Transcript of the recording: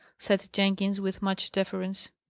said jenkins, with much deference.